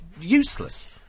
useless